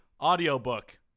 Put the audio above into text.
audiobook